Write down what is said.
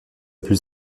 plus